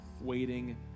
waiting